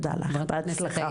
תודה לך, בהצלחה.